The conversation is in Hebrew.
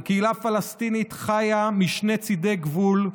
הקהילה הפלסטינית חיה משני צידי גבול,